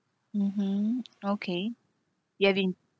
mmhmm okay you having